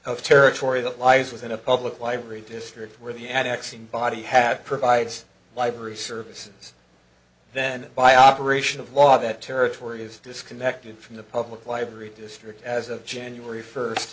of territory that lies within a public library district where the axing body have provides library services then by operation of law that territory is disconnected from the public library district as of january first